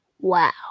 Wow